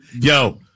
Yo